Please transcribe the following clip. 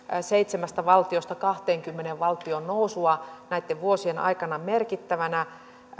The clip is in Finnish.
seitsemästä valtiosta kahteenkymmeneen valtioon nousua näitten vuosien aikana merkittävänä